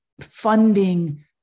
funding